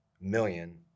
million